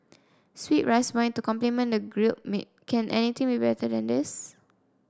sweet rice wine to complement the grilled meat can anything be better than this